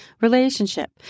relationship